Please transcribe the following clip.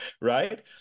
right